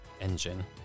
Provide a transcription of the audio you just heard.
engine